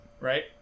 Right